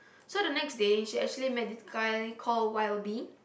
so the next day she actually met this guy call Y O B